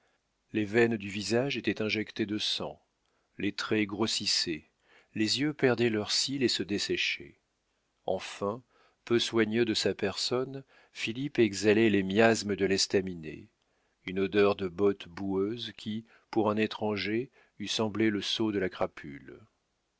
les veines du visage étaient injectées de sang les traits grossissaient les yeux perdaient leurs cils et se desséchaient enfin peu soigneux de sa personne philippe exhalait les miasmes de l'estaminet une odeur de bottes boueuses qui pour un étranger eût semblé le sceau de la crapule